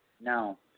No